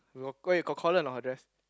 low eh got collar or not her dress